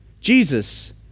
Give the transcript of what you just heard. Jesus